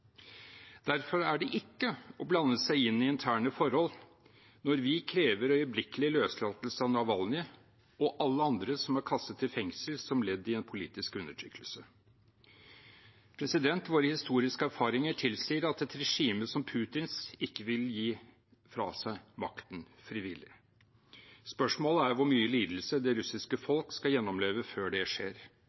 Derfor er det ikke å blande seg inn i interne forhold når vi krever øyeblikkelig løslatelse av Navalnyj og alle andre som er kastet i fengsel som ledd i en politisk undertrykkelse. Våre historiske erfaringer tilsier at et regime som Putins ikke vil gi fra seg makten frivillig. Spørsmålet er hvor mye lidelse det russiske folk skal gjennomleve før det skjer,